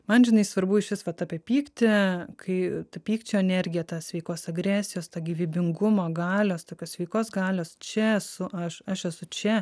man žinai svarbu iš vis vat apie pyktį kai pykčio energija ta sveikos agresijos gyvybingumo galios tokios sveikos galios čia esu aš aš esu čia